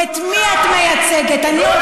לא פה ולא שם,